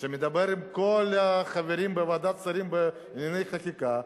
ואתה מדבר עם כל החברים בוועדת השרים לענייני חקיקה,